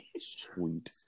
Sweet